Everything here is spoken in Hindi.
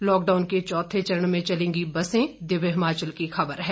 लॉकडाउन के चौथे चरण में चलेंगी बसें दिव्य हिमाचल की खब़र है